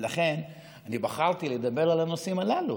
ולכן אני בחרתי לדבר על הנושאים הללו,